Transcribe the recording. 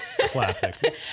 Classic